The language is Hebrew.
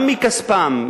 גם מכספם,